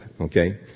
okay